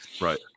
Right